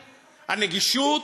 לנגישות?